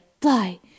Fly